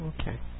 okay